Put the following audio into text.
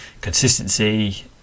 consistency